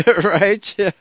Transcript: Right